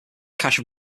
cache